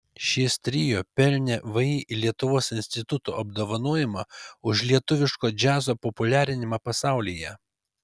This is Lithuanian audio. šis trio pelnė vį lietuvos instituto apdovanojimą už lietuviško džiazo populiarinimą pasaulyje